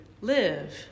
live